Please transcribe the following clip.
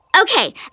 Okay